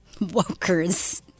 Wokers